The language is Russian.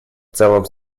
целом